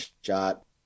shot